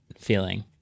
feeling